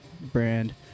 brand